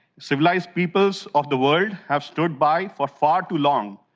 civilized peoples of the world have stood by for far too long.